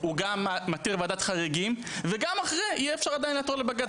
הוא גם מתיר ועדת חריגים; וגם אחרי עדיין יהיה אפשר לעתור לבג"ץ,